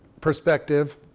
perspective